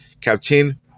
Captain